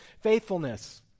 faithfulness